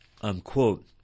unquote